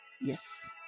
Yes